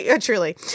Truly